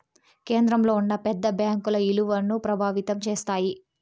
కేంద్రంలో ఉన్న పెద్ద బ్యాంకుల ఇలువను ప్రభావితం చేస్తాయి